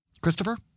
Christopher